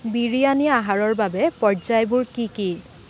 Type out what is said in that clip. বিৰিয়ানী আহাৰৰ বাবে পৰ্যায়বোৰ কি কি